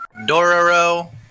Dororo